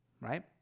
right